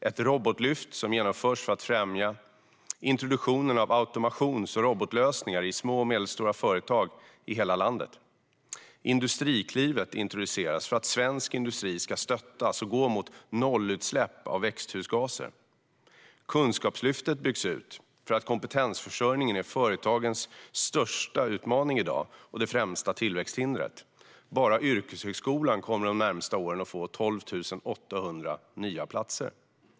Ett robotlyft genomförs för att främja introduktionen av automations och robotlösningar i små och medelstora företag i hela landet. Industriklivet introduceras för att svensk industri ska stöttas och gå mot nollutsläpp av växthusgaser. Kunskapslyftet byggs ut för att kompetensförsörjningen i dag är företagens största utmaning och det främsta tillväxthindret. Bara yrkeshögskolan kommer de närmaste åren att få 12 800 nya platser.